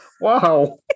wow